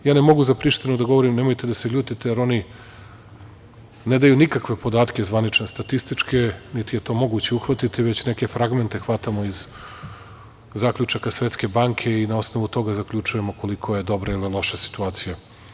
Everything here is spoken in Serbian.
Ja ne mogu za Prištinu da govorim, nemojte da se ljutite, jer oni ne daju nikakve podatke zvanične statističke, niti je to moguće uhvatiti, već neke fragmente hvatamo iz zaključaka Svetske banke, i na osnovu toga zaključujemo koliko je dobra ili loša situacija.